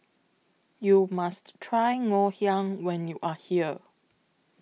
YOU must Try Ngoh Hiang when YOU Are here